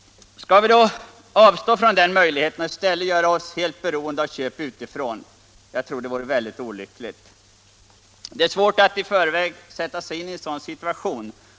Skall vi då avstå från den möjligheten och i stället göra oss helt beroende av köp utifrån? Jag tror att det vore väldigt olyckligt. Det är svårt att i förväg sätta sig in i en sådan situation.